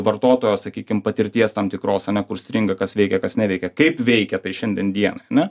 vartotojo sakykim patirties tam tikros ane kur stringa kas veikia kas neveikia kaip veikia tai šiandien dienai ar ne